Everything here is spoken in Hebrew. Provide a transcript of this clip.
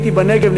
הייתי בנגב,